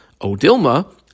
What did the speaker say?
Odilma